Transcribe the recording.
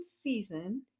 season